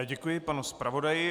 Děkuji panu zpravodaji.